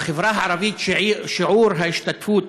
בחברה הערבית שיעור ההשתתפות,